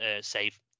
save